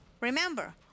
Remember